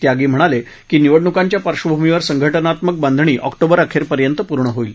त्यागी म्हणाले की निवडणुकांच्या पार्श्वभूमीवर संघटनात्मक बांधणी ऑक्टोबर अखेरपर्यंत पूर्ण होईल